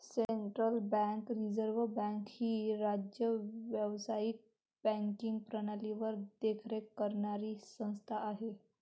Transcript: central bank reserve bank ही राज्य व्यावसायिक बँकिंग प्रणालीवर देखरेख करणारी संस्था आहे